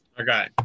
Okay